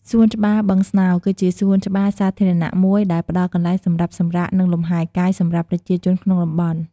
សួនច្បារបឹងស្នោគឺជាសួនច្បារសាធារណៈមួយដែលផ្តល់កន្លែងសម្រាប់សម្រាក និងលំហែកាយសម្រាប់ប្រជាជនក្នុងតំបន់។